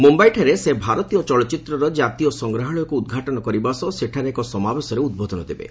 ମୁମ୍ବାଇଠାରେ ସେ ଭାରତୀୟ ଚଳଚ୍ଚିତ୍ରର କାତୀୟ ସଂଗ୍ରହାଳୟକୁ ଉଦ୍ଘାଟନ କରିବା ସହ ସେଠାରେ ଏକ ସମାବେଶରେ ଉଦ୍ବୋଧନ ଦେବେ